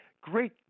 great